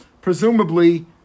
presumably